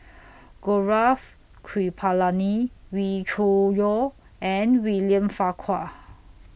Gaurav Kripalani Wee Cho Yaw and William Farquhar